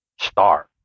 star